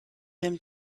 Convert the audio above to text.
him